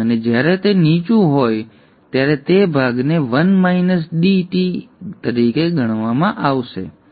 અને જ્યારે તે નીચું હોય ત્યારે તે ભાગને T તરીકે ગણવામાં આવે છે